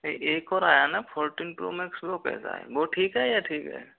एक और आया ना फ़ोटीन प्रो मैक्स वह कैसा वह ठीक है यह ठीक है